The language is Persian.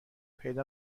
پیدا